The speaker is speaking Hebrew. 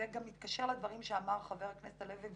זה גם מתקשר לדברים שאמר חבר הכנסת הלוי,